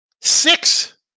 Six